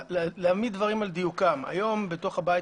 להעמיד דברים על דיוקם היום בתוך הבית